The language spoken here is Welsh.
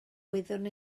wyddwn